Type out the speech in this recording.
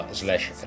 slash